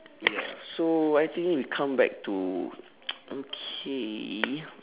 ya so why didn't he come back to okay